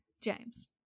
James